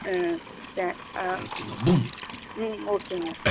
தே ஹம் ம்ம் ஓகேங்க